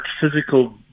physical